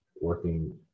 working